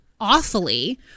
awfully